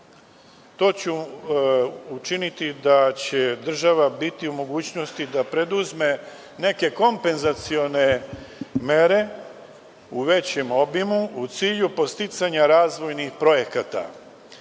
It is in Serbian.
će učiniti da će država biti u mogućnosti da preduzme neke kompezacione mere u većem obimu u cilju podsticanja razvojnih projekat.